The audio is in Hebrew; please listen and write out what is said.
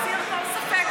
כדי להסיר כל ספק,